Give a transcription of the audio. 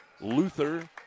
Luther